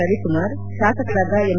ರವಿಕುಮಾರ್ ಶಾಸಕರಾದ ಎಂ